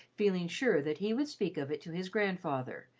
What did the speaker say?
feeling sure that he would speak of it to his grandfather,